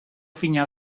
fina